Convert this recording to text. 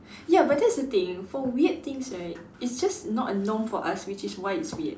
ya but that's the thing for weird things right it's just not a norm for us which is why it's weird